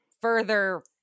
further